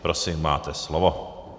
Prosím, máte slovo.